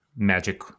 magic